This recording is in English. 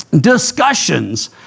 discussions